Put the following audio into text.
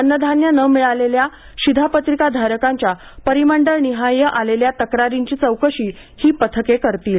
अन्नधान्य न मिळालेल्या शिधापत्रिका धारकांच्या परिमंडळनिहाय आलेल्या तक्रारींची चौकशी ही पथके करतील